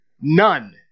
None